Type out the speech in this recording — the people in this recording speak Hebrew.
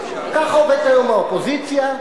ככה עובדת היום האופוזיציה,